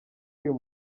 uyu